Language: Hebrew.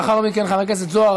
ולאחר מכן חבר הכנסת זוהר,